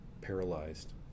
paralyzed